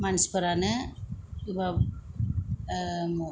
मानसिफोरानो